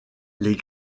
les